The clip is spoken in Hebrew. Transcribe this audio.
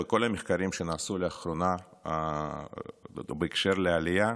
בכל המחקרים שנעשו לאחרונה בהקשר לעלייה,